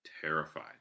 terrified